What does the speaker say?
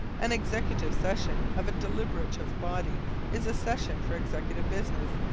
an executive session of a deliberative body is a session for executive business,